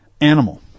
Animal